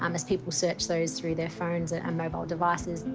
um as people search those through their phones or um mobile devices.